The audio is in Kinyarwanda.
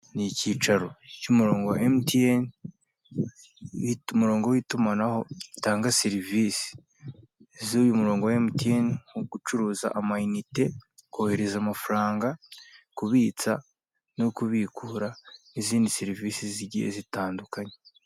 Ni icyicaro cy'umurongo wa MTN umurongo witumanaho ritanga serivise zuyu murongo wa MTN nko gucuruza amainite kohereza amafaranga kubitsa no kubikura nizindi serivise zigye zitadukanye.